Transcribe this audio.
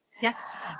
Yes